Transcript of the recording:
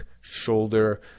shoulder